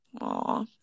Aw